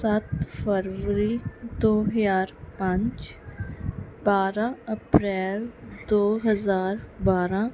ਸੱਤ ਫਰਵਰੀ ਦੋ ਹਜ਼ਾਰ ਪੰਜ ਬਾਰਾਂ ਅਪ੍ਰੈਲ ਦੋ ਹਜ਼ਾਰ ਬਾਰਾਂ